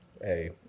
Hey